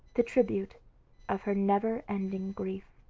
the tribute of her never-ending grief.